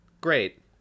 great